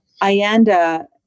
Ayanda